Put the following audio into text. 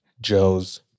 joe's